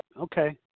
Okay